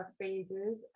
phases